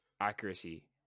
accuracy